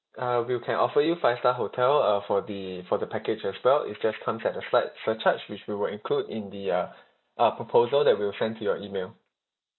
uh we'll can offer you five star hotel uh for the for the package as well if there's comes at a slight surcharge which we will include in the uh uh proposal that we will send to your email